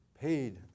paid